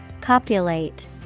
Copulate